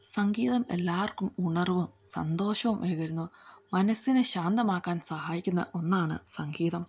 സംഗീതം എല്ലാവർക്കും ഉണർവും സന്തോഷവും ഏകുന്നു മനസ്സിനെ ശാന്തമാക്കാൻ സഹായിക്കുന്ന ഒന്നാണ് സംഗീതം